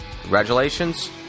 Congratulations